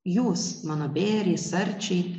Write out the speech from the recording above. jūs mano bėriai sarčiai